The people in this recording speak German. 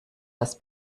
das